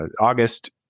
August